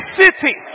city